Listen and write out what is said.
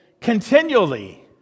continually